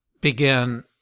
began